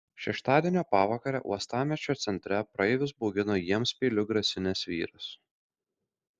šeštadienio pavakarę uostamiesčio centre praeivius baugino jiems peiliu grasinęs vyras